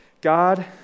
God